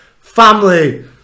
family